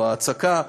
או הצקה,